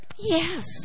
yes